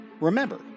Remember